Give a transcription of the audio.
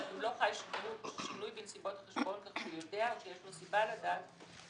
אם לא חל שינוי בנסיבות החשבון כך שהוא יודע או שיש לו סיבה לדעת כי